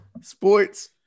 sports